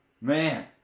Man